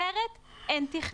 אחרת, אין תכנון.